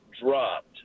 dropped